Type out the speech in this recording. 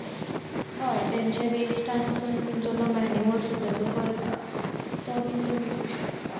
हय तेंचे वेस्टानसून जो तो मॅन्यूवर सुद्दां जो करता तो बीन तो विकूं शकता